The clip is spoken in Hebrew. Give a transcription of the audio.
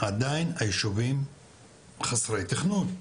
עדיין היישובים חסרי תכנון,